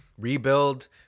rebuild